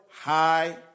high